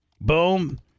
Boom